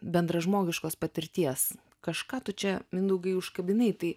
bendražmogiškos patirties kažką tu čia mindaugai užkabinai tai